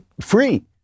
free